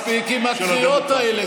מספיק עם הקריאות האלה,